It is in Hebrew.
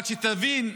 אבל שתבין,